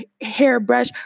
hairbrush